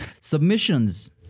Submissions